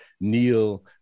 Neil